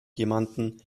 jemanden